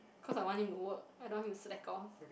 cause I want him to work I don't want him to slack off